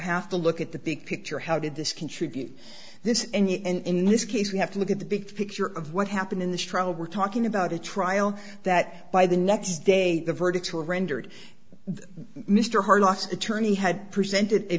have to look at the big picture how did this contribute to this and in this case we have to look at the big picture of what happened in this trial we're talking about a trial that by the next day the verdicts were rendered mr hart last attorney had presented